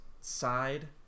side